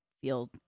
feel